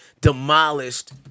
demolished